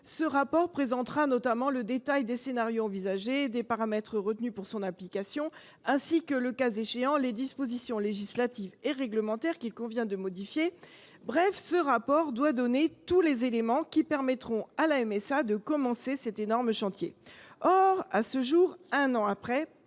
prévu doit présenter notamment « le détail des scénarios envisagés et des paramètres retenus pour [son] application […] ainsi que, le cas échéant, les dispositions législatives et réglementaires qu’il convient de modifier ». Bref, ce rapport doit donner tous les éléments qui permettront à la Mutualité sociale agricole (MSA) de commencer cet énorme chantier. Or, à ce jour, un an après,